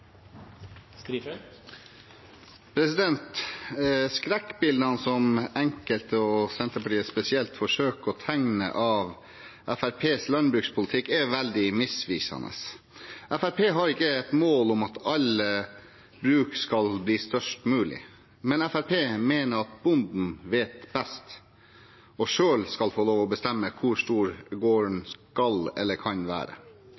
klimagassutslippene. Skrekkbildene som enkelte, og Senterpartiet spesielt, forsøker å tegne av Fremskrittspartiets landbrukspolitikk, er veldig misvisende. Fremskrittspartiet har ikke noe mål om at alle bruk skal bli størst mulig, men Fremskrittspartiet mener at bonden vet best og selv skal få lov til å bestemme hvor stor